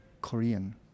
Korean